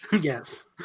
Yes